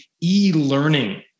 e-learning